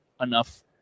enough